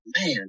man